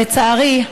אבל, לצערי,